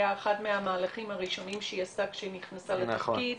אחד מהמלכים הראשונים שהיא עשתה שהיא נכנסה לתפקיד,